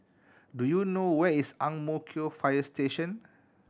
do you know where is Ang Mo Kio Fire Station